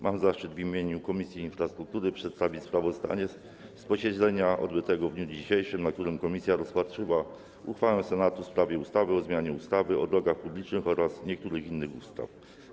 Mam zaszczyt w imieniu Komisji Infrastruktury przedstawić sprawozdanie z posiedzenia odbytego w dniu dzisiejszym, na którym komisja rozpatrzyła uchwałę Senatu w sprawie ustawy o zmianie ustawy o drogach publicznych oraz niektórych innych ustaw.